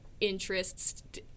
interests